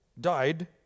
died